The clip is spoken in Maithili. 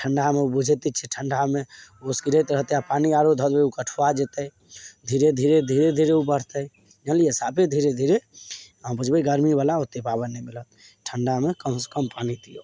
ठण्डामे ओ बुझिते छिए ठण्डामे ओस गिरैत रहतै आओर पानी आरो धऽ देबै ओ कठुआ जेतै धीरे धीरे धीरे धीरे ओ बढ़तै जानलिए साफे धीरे धीरे अहाँ बुझबै गरमीवला ओतेक पावर नहि मिलत ठण्डामे कमसे कम पानी दिऔ